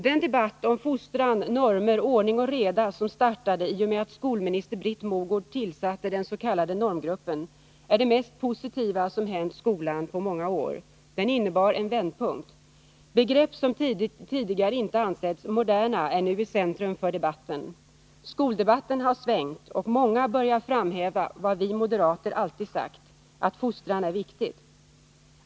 Den debatt om fostran, normer, ordning och reda som startade i och med att skolminister Britt Mogård tillsatte den s.k. normgruppen är det mest positiva som hänt skolan på många år. Den innebar en vändpunkt. Begrepp som tidigare inte ansetts ”moderna” är nu i centrum för debatten — skoldebatten har svängt och många börjar framhäva vad vi moderater alltid sagt, att fostran är viktig.